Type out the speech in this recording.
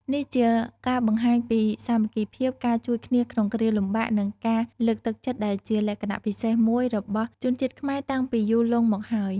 នេះជាការបង្ហាញពីសាមគ្គីភាព ការជួយគ្នាក្នុងគ្រាលំបាក និងការលើកទឹកចិត្តដែលជាលក្ខណៈពិសេសមួយរបស់ជនជាតិខ្មែរតាំងពីយូរលង់មកហើយ។